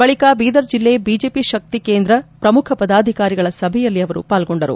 ಬಳಿಕ ಬೀದರ್ ಜಿಲ್ಡೆ ಬಿಜೆಪಿ ಶಕ್ತಿ ಕೇಂದ್ರ ಪ್ರಮುಖ ಪದಾಧಿಕಾರಿಗಳ ಸಭೆಯಲ್ಲಿ ಅವರು ಪಾಲ್ಗೊಂಡರು